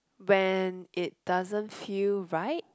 when it doesn't feel right